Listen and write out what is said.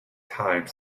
time